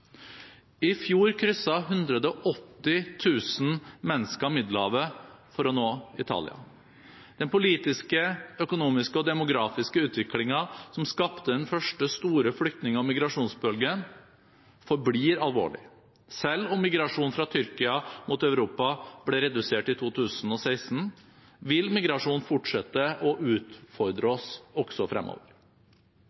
I fjor krysset 180 000 mennesker Middelhavet for å nå Italia. Den politiske, økonomiske og demografiske utviklingen som skapte den første store flyktning- og migrasjonsbølgen, forblir alvorlig. Selv om migrasjon fra Tyrkia mot Europa ble redusert i 2016, vil migrasjon fortsette å utfordre